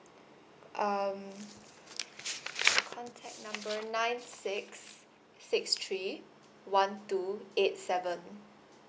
um contact number nine six six three one two eight seven